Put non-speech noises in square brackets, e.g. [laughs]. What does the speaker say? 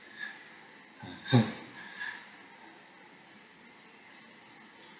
[breath] [laughs] [breath]